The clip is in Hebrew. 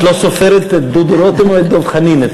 את לא סופרת את דודו רותם או את דב חנין?